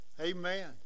Amen